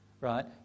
right